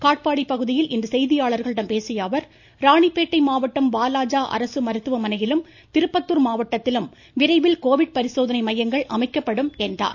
காட்பாடி பகுதியில் இன்று செய்தியாளர்களிடம் பேசிய அவர் ராணிப்பேட்டை மாவட்டம் வாலாஜா அரசு மருத்துவமனையிலும் திருப்பத்தார் மாவட்டத்திலும் விரைவில் கோவிட் பரிசோதனை மையங்கள் அமைக்கப்படும் என்றார்